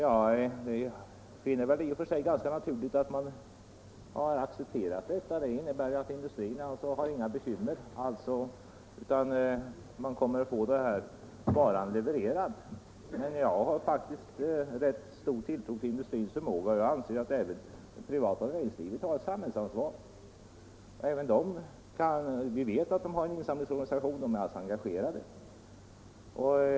Jag finner pappersindustrins ställningstagande ganska naturligt. Man har uppenbarligen inte några bekymmer för att få varan levererad. Jag har faktiskt stor tilltro till industrins förmåga och anser att även det privata näringslivet tar ett samhällsansvar. Vi vet att näringslivet här har en insamlingsorganisation och man har alltså engagerat sig för saken.